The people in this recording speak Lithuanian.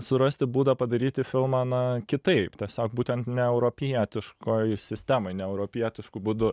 surasti būdą padaryti filmą na kitaip tiesiog būtent neeuropietiškoj sistemoj neeuropietišku būdu